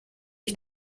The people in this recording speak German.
ich